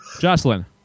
Jocelyn